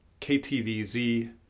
KTVZ